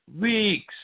weeks